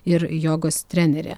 ir jogos trenerė